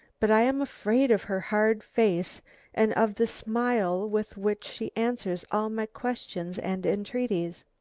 but i am afraid of her hard face and of the smile with which she answers all my questions and entreaties.